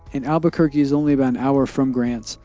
and, albuquerque is only about an hour from grants.